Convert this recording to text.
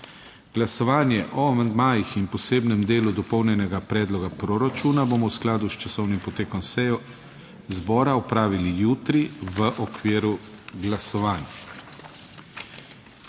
Glasovanje o amandmajih in posebnem delu dopolnjenega predloga proračuna bomo v skladu s časovnim potekom seje zbora opravili jutri v okviru glasovanj.